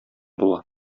була